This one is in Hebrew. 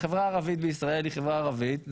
החברה הערבית בישראל היא חברה ערבית,